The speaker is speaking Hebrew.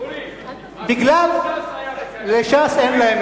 בגלל, אורי, לש"ס אין.